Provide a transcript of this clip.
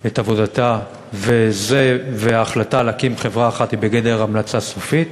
את עבודתה וההחלטה להקים חברה אחת היא בגדר המלצה סופית,